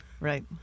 Right